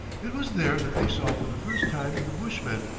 it was there that they saw for the first time the bushmen,